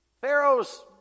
Pharaoh's